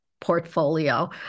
portfolio